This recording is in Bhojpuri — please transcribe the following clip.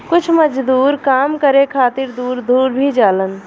कुछ मजदूर काम करे खातिर दूर दूर भी जालन